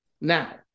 Now